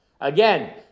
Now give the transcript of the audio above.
Again